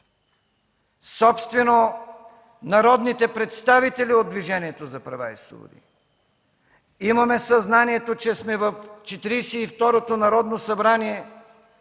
Собствено народните представители от Движението за права и свободи имаме съзнанието, че сме в Четиридесет и